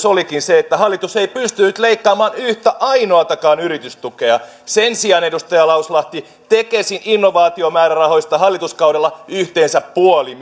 olikin se että hallitus ei pystynyt leikkaamaan yhtä ainoatakaan yritystukea sen sijaan edustaja lauslahti tekesin innovaatiomäärärahoista hallituskaudella yhteensä puoli